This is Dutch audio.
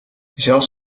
zelfs